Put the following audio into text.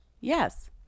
Yes